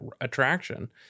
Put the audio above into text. attraction